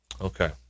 Okay